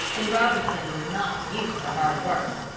and robinson was not used to hard work.